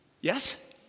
yes